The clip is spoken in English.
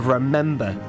Remember